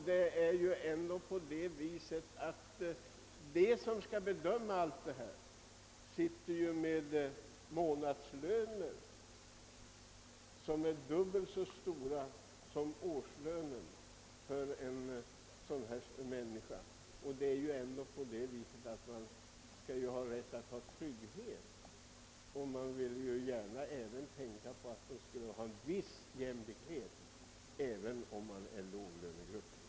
De som skall avgöra sådana ärenden som dessa sitter med månadslöner som är dubbelt så stora som årsinkomsten för de människor som vi här talar om. Människor skall ha rätt till trygghet. Man vill gärna att det skall finnas en viss jämlikhet även för dem som tillhör låglönegrupperna.